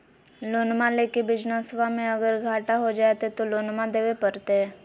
लोनमा लेके बिजनसबा मे अगर घाटा हो जयते तो लोनमा देवे परते?